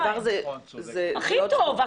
הכי טוב.